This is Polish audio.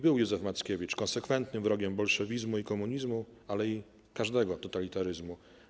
Był Józef Mackiewicz konsekwentnym wrogiem bolszewizmu i komunizmu, ale i każdego totalitaryzmu.